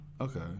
Okay